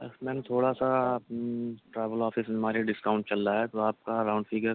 بس میم تھوڑا سا ٹریول آفس میں ہمارے ڈسکاؤنٹ چل رہا ہے تو آپ کو راؤنڈ فگر